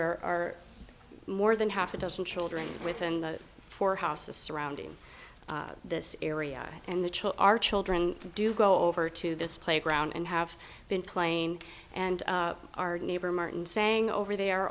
there are more than half a dozen children within the four houses surrounding this area and the chill our children do go over to this playground and have been playing and our neighbor martin saying over there